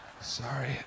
Sorry